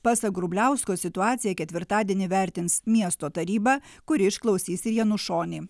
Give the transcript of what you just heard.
pasak grubliausko situaciją ketvirtadienį vertins miesto taryba kuri išklausys ir janušonį